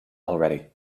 already